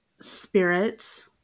spirit